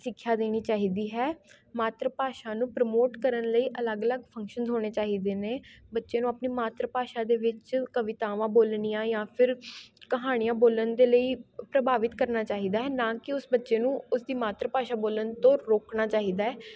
ਸਿੱਖਿਆ ਦੇਣੀ ਚਾਹੀਦੀ ਹੈ ਮਾਤਰ ਭਾਸ਼ਾ ਨੂੰ ਪ੍ਰਮੋਟ ਕਰਨ ਲਈ ਅਲੱਗ ਅਲੱਗ ਫੰਕਸ਼ਨਸ ਹੋਣੇ ਚਾਹੀਦੇ ਨੇ ਬੱਚੇ ਨੂੰ ਆਪਣੀ ਮਾਤਰ ਭਾਸ਼ਾ ਦੇ ਵਿੱਚ ਕਵਿਤਾਵਾਂ ਬੋਲਣੀਆਂ ਜਾਂ ਫਿਰ ਕਹਾਣੀਆਂ ਬੋਲਣ ਦੇ ਲਈ ਪ੍ਰਭਾਵਿਤ ਕਰਨਾ ਚਾਹੀਦਾ ਹੈ ਨਾ ਕਿ ਉਸ ਬੱਚੇ ਨੂੰ ਉਸ ਦੀ ਮਾਤਰ ਭਾਸ਼ਾ ਬੋਲਣ ਤੋਂ ਰੋਕਣਾ ਚਾਹੀਦਾ ਹੈ